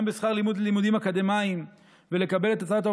גם בשכר לימוד ללימודים אקדמיים ולקבל